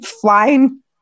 flying